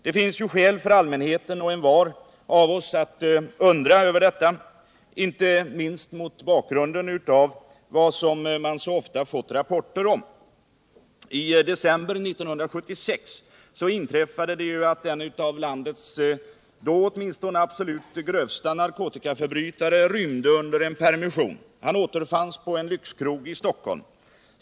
Det finns skäl för allmänheten och för envar av oss att undra över detta, inte minst mot bakgrund av vad man så ofta får rapporter om. I december 1976 inträffade det att en av landets, åtminstone då, absolut största narkotikaförbrytare rymde under en permission och han återfanns på en lyxkrog i Stockholm.